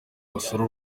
basura